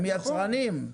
הם יצרנים.